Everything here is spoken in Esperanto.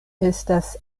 estas